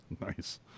Nice